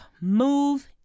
move